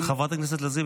חברת הכנסת לזימי,